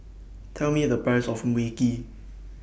Tell Me The Price of Mui Kee